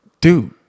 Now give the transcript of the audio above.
dude